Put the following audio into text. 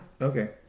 Okay